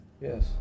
Yes